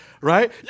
right